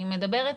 אני מדבר אתך.